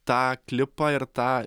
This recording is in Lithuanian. tą klipą ir tą